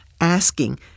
asking